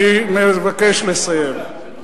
אני מבקש לסיים.